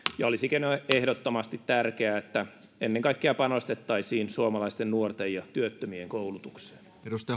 ja olisikin ehdottomasti tärkeää että ennen kaikkea panostettaisiin suomalaisten nuorten ja työttömien koulutukseen